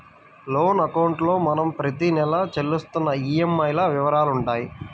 loan అకౌంట్లో మనం ప్రతి నెలా చెల్లిస్తున్న ఈఎంఐల వివరాలుంటాయి